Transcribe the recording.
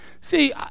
See